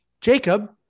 Jacob